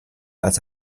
als